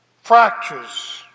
Fractures